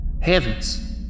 Heavens